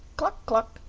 cluck cluck!